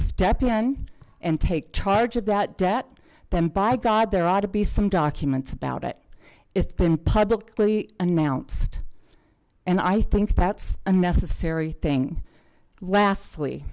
step in and take charge of that debt then by god there ought to be some documents about it it's been publicly announced and i think that's a necessary thing last